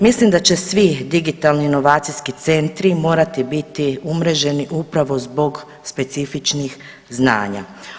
Mislim da će svi digitalni inovacijski centri morati biti umreženi upravo zbog specifičnih znanja.